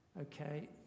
okay